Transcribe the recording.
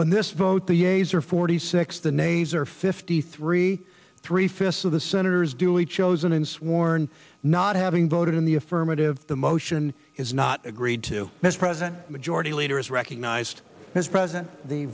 on this vote the yeas are forty six the nays are fifty three three fifths of the senators duly chose an unsworn not having voted in the affirmative the motion is not agreed to this president majority leader is recognized as president the